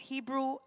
Hebrew